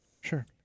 sure